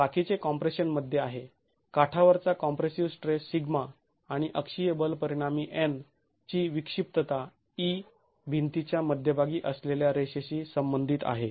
बाकीचे कॉम्प्रेशन मध्ये आहे काठावरचा कॉम्प्रेसिव स्ट्रेस सिग्मा आणि अक्षीय बल परिणामी N ची विक्षिप्तता e भिंतीच्या मध्यभागी असलेल्या रेषेशी संबंधित आहे